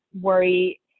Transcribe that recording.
worry